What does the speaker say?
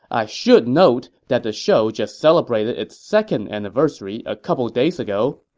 i should note that the show just celebrated its second anniversary a couple days ago.